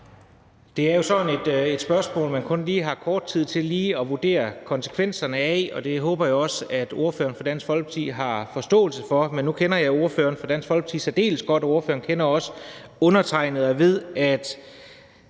Det er jo sådan et spørgsmål, man kun lige har kort tid til at vurdere konsekvenserne af, og det håber jeg også at ordføreren for Dansk Folkeparti har forståelse for. Men nu kender jeg ordføreren for Dansk Folkeparti særdeles godt, og ordføreren kender også undertegnede og ved, at